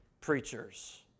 preachers